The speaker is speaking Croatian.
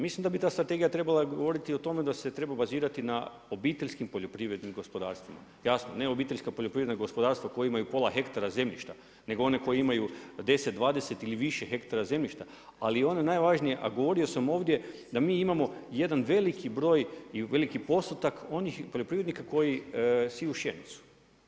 Mislim da bi ta strategija trebala govoriti o tome da se treba bazirati na obiteljskim poljoprivrednim gospodarstvima, jasno, ne obiteljska poljoprivredna gospodarstava koja imaju pola hektara zemljišta nego one koje imaju 10, 20 ili više hektara zemljišta ali i ona najvažnija, a govorio sam ovdje da mi imamo jedan veliki broj i veliki postotak onih poljoprivrednika koji siju pšenicu.